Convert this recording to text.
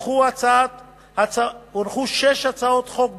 הונחו שש הצעות חוק בנושא,